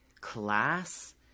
class